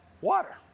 water